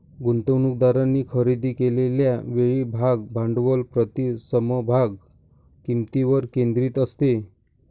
गुंतवणूकदारांनी खरेदी केलेल्या वेळी भाग भांडवल प्रति समभाग किंमतीवर केंद्रित असते